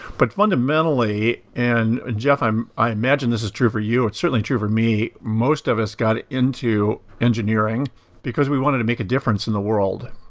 but fundamentally and jeff i imagine this is true for you it's certainly true for me most of us got into engineering because we wanted to make a difference in the world.